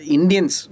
Indians